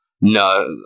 No